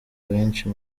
benshi